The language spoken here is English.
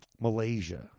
malaysia